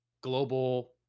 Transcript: global